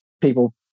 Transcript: people